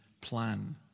plan